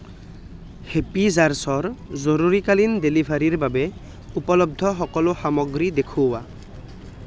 happy জাৰ্ছৰ জৰুৰীকালীন ডেলিভাৰীৰ বাবে উপলব্ধ সকলো সামগ্ৰী দেখুওৱা